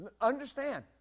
Understand